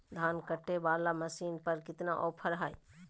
धान कटे बाला मसीन पर कितना ऑफर हाय?